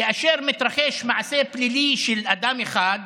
כאשר מתרחש מעשה פלילי של אדם אחד,